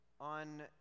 on